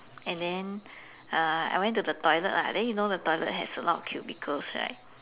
and then uh I went to the toilet lah then you know the toilet has a lot of cubicles right